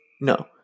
No